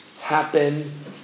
happen